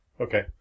Okay